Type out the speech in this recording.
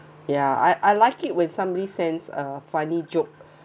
ya I I like it with somebody sense uh funny joke